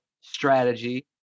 strategy